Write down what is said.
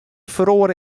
feroare